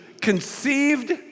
conceived